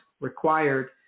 required